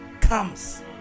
comes